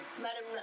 Madam